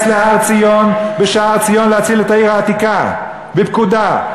להר-ציון בשער ציון להציל את העיר העתיקה בפקודה.